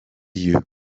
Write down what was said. you